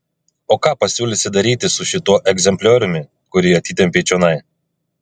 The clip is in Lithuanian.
o ką pasiūlysi daryti su šituo egzemplioriumi kurį atitempei čionai